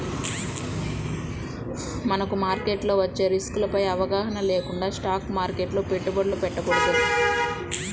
మనకు మార్కెట్లో వచ్చే రిస్కులపై అవగాహన లేకుండా స్టాక్ మార్కెట్లో పెట్టుబడులు పెట్టకూడదు